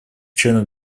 членов